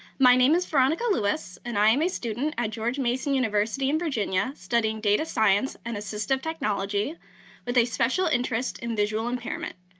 my name is veronica lewis and i am a student at george mason university in virginia studying data science and assistive technology with a special interest in visual impairment.